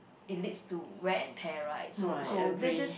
it leads to wear and tear right so so that that's